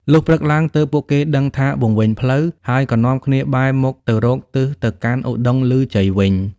លុះព្រឹកឡើង ទើបពួកគេដឹងថាវង្វេងផ្លូវ ហើយក៏នាំគ្នាបែរមុខទៅរកទិសទៅកាន់ឧត្តុង្គឮជ័យវិញ។